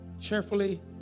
cheerfully